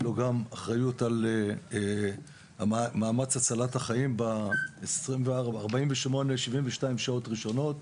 יש לו אחריות גם למאמץ הצלת החיים ב-24/48/72 שעות ראשונות,